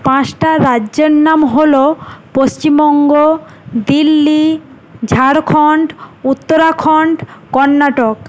পাঁচটি রাজ্যের নাম হল পশ্চিমবঙ্গ দিল্লি ঝাড়খন্ড উত্তরাখন্ড কর্ণাটক